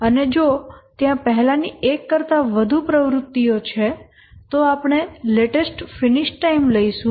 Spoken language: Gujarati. અને જો ત્યાં પહેલાની એક કરતા વધુ પ્રવૃત્તિઓ છે તો આપણે લેટેસ્ટ ફિનિશ ટાઈમ લઈશું